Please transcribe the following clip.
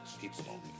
People